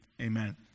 Amen